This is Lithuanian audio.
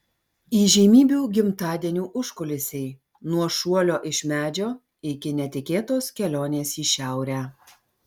įžymybių gimtadienių užkulisiai nuo šuolio iš medžio iki netikėtos kelionės į šiaurę